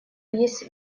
есть